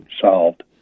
solved